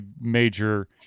major